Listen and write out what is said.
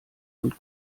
und